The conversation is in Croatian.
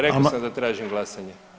Rekao sam da tražim glasanje.